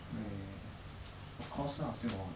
wait wait wait of course lah still got what